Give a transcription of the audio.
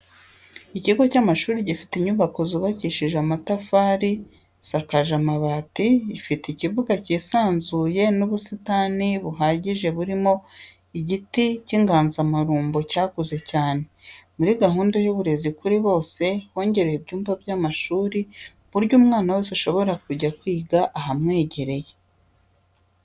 Ikigo cy'amashuri gifite inyubako zubakishije amatafari a isakajwe amabati, ifite ikibuga cyisanzuye n'ubusitani buhagije burimo igiti cy'inganzamarumbo cyakuze cyane. Muri gahunda y'uburezi kuri bose hongerewe ibyumba by'amashuri ku buryo umwana wese ashobora kujya kwiga ahamwegereye.